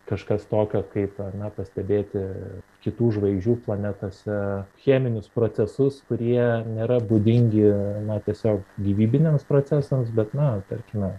kažkas tokio kaip na pastebėti kitų žvaigždžių planetose cheminius procesus kurie nėra būdingi na tiesiog gyvybiniams procesams bet na tarkime